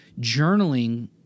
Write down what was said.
journaling